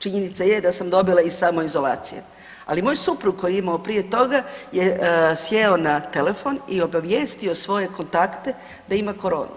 Činjenica je da sam dobila iz samoizolacije, ali moj suprug koji je imao prije toga je sjeo na telefon i obavijestio svoje kontakte da ima koronu.